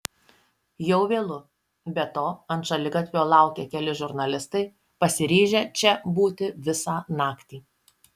jau vėlu be to ant šaligatvio laukia keli žurnalistai pasiryžę čia būti visą naktį